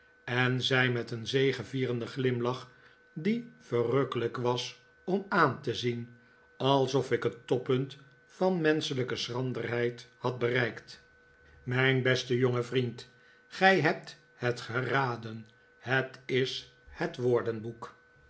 en zei met een zegevierenden glimlach die verrukkelijk was om aan te zien alsof ik het toppunt van menschelijke schranderheid had bereikt mijn beste jonge vriend gij hebt het geraden het is het woordenboek